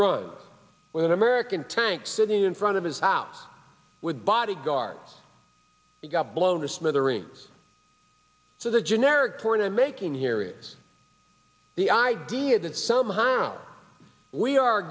an american tank sitting in front of his out with bodyguards he got blown to smithereens so the generic point i'm making here is the idea that somehow we are